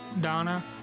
Donna